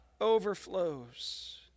overflows